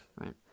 right